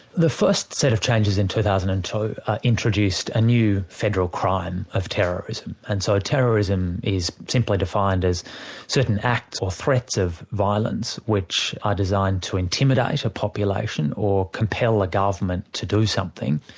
the first set of changes in two thousand and two introduced a new federal crime of terrorism, and so terrorism is simply defined as certain acts or threats of violence, which are designed to intimidate a population, or compel a government to do something.